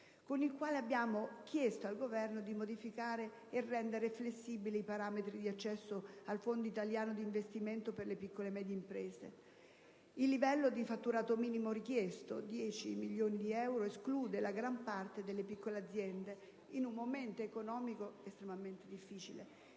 con il quale abbiamo chiesto al Governo di modificare e rendere flessibili i parametri di accesso al Fondo italiano di investimento per le piccole e medie imprese. Il livello di fatturato minimo richiesto (10 milioni di euro) esclude la gran parte delle piccole aziende in un momento economico estremamente difficile.